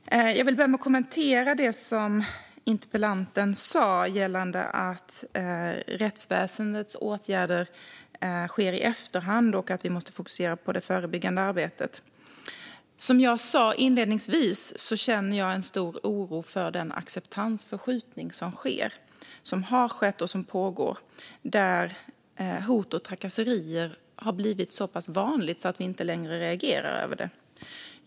Fru talman! Jag vill börja med att kommentera det som interpellanten sa gällande att rättsväsendets åtgärder sker i efterhand och att vi måste fokusera på det förebyggande arbetet. Som jag sa inledningsvis känner jag en stor oro för den acceptansförskjutning som sker, som har skett och som pågår, där hot och trakasserier har blivit så vanligt att vi inte längre reagerar på det.